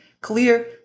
clear